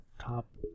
top